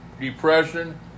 depression